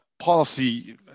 policy